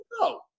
No